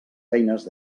feines